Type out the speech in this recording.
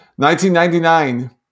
1999